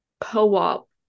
co-op